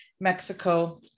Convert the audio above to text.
Mexico